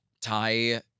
Thai